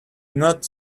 not